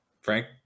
Frank